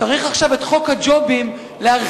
צריך עכשיו את חוק הג'ובים להרחיב,